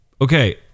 Okay